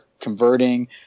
converting